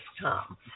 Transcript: Tom